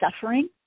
suffering